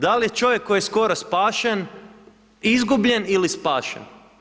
Da li je čovjek koji je skoro spašen, izgubljen ili spašen?